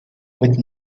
with